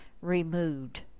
removed